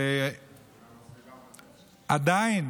ועדיין